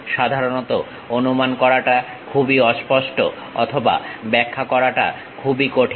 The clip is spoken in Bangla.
সাধারণত অনুমান করাটা খুবই অস্পষ্ট অথবা ব্যাখ্যা করাটা খুবই কঠিন